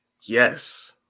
Yes